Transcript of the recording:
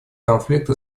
конфликты